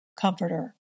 comforter